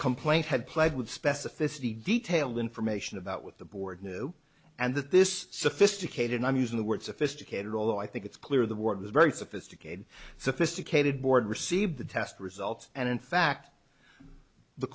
complaint had pled with specificity detailed information about what the board knew and that this sophisticated i'm using the word sophisticated although i think it's clear the board was very sophisticated sophisticated board received the test results and in fact the